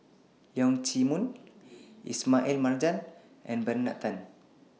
Leong Chee Mun Ismail Marjan and Bernard Tan